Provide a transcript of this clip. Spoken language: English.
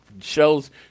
Shows